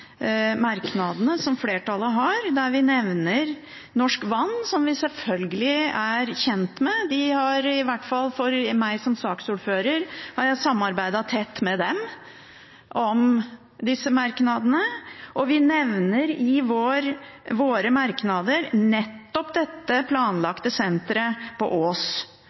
merknadene som flertallet har, der vi nevner Norsk Vann, som vi selvfølgelig er kjent med. Som saksordfører har jeg samarbeidet tett med dem om disse merknadene, og vi nevner i våre merknader nettopp dette planlagte senteret på Ås,